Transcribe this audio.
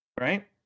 right